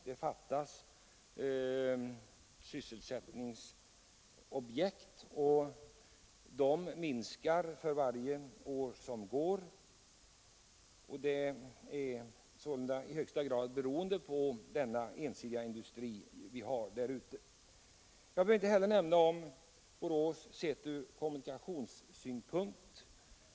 Antalet sysselsättningsobjekt minskar för varje år som går beroende på industrins ensidighet. Jag behöver inte heller nämna Borås sett ur kommunikationssynpunkt.